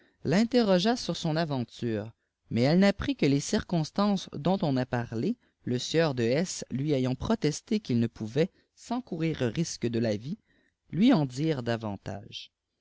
tintèrrogea sur son aventure mais elle n'ap prit que les circonstances dont on a parlé le sieur de s lui ayant protesté qu'il ne pouvait sans courir risque de lavie lui oh dire davantage